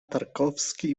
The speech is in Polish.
tarkowski